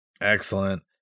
excellent